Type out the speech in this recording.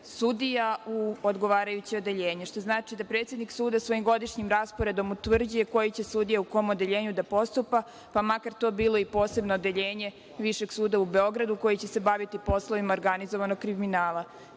sudija u odgovarajuće odeljenje. Što znači da predsednik suda svojim godišnjim rasporedom utvrđuje koji će sudija u kom odeljenju da postupa, pa kar to bilo i posebno odeljenje Višeg suda u Beogradu, koje će se baviti poslovima organizovanog kriminala.